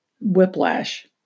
whiplash